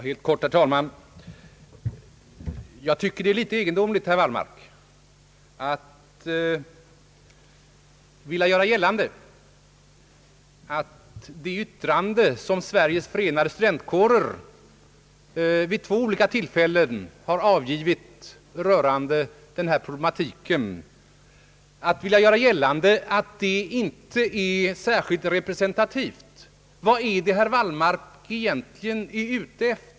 Herr talman! Jag tycker det är litet egendomligt att herr Wallmark vill göra gällande att de yttranden som Sveriges förenade studentkårer vid två olika tillfällen har avgivit rörande denna problematik inte är särskilt representativa. Vad är herr Wallmark egentligen ute efter?